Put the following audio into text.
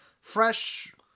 fresh